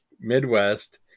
Midwest